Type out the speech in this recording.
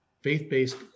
faith-based